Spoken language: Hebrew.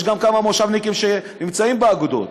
יש גם כמה מושבניקים שנמצאים באגודות,